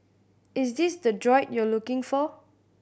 is this the droid you're looking for